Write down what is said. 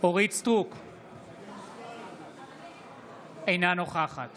אינה נוכחת